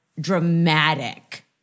dramatic